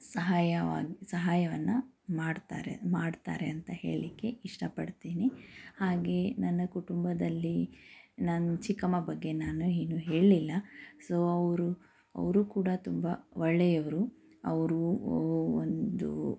ಸಹಾಯವಾಗ್ ಸಹಾಯವನ್ನು ಮಾಡ್ತಾರೆ ಮಾಡ್ತಾರೆ ಅಂತ ಹೇಳಲಿಕ್ಕೆ ಇಷ್ಟಪಡ್ತೀನಿ ಹಾಗೇ ನನ್ನ ಕುಟುಂಬದಲ್ಲಿ ನನ್ನ ಚಿಕ್ಕಮ್ಮ ಬಗ್ಗೆ ನಾನು ಏನೂ ಹೇಳಲಿಲ್ಲ ಸೊ ಅವರು ಅವರು ಕೂಡ ತುಂಬ ಒಳ್ಳೆಯವರು ಅವರು ಒಂದು